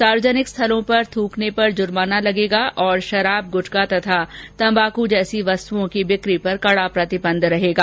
सार्वजनकि स्थलों पर थ्रकने पर जुर्माना लगेगा और शराब गुटखा तथा तंबाकू जैसी वस्तुओं की बिक्री पर कड़ा प्रतिबंध रहेगा